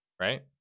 right